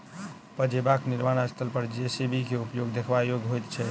पजेबाक निर्माण स्थल पर जे.सी.बी के उपयोग देखबा योग्य होइत छै